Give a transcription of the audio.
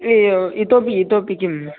ईव् इतोपि इतोपि किम्